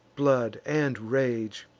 blood, and rage,